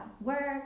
work